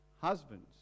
husbands